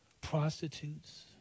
prostitutes